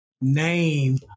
name